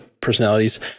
personalities